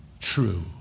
true